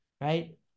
right